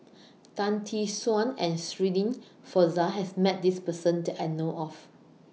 Tan Tee Suan and Shirin Fozdar has Met This Person that I know of